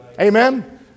Amen